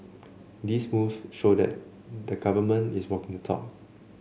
these moves show that the government is walking the talk